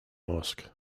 mosque